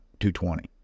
220